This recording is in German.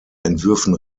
entwürfen